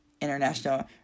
international